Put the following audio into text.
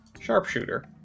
sharpshooter